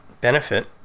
benefit